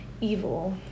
evil